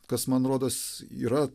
kas man rodos yra